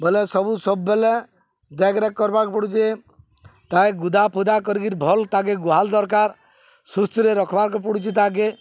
ବୋଲେ ସବୁ ସବବେଲେ ଦେଖରେଖ କର୍ବାର୍କୁ ପଡ଼ୁଚେ ତାଏ ଗୁଦା ଫୁଦା କରିକିରି ଭଲ୍ ତାଗେ ଗୁହାଲ ଦରକାର ସୁସ୍ଥରେ ରଖବାକେ ପଡ଼ୁଚେ ତାକେ